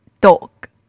dog